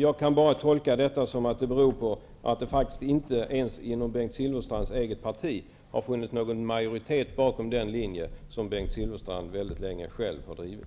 Jag kan bara tolka detta som att det beror på att det faktiskt inte ens inom Bengt Silfverstrands eget parti har funnits någon majoritet bakom den linje som Bengt Silfverstrand själv väldigt länge har drivit.